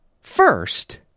First